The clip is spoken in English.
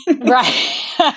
Right